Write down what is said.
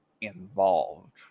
involved